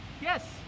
yes